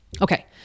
Okay